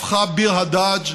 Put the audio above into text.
הפכה ביר הדאג'